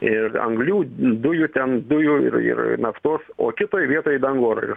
ir anglių dujų ten dujų ir ir naftos o kitoj vietoj dangoraižių